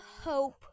hope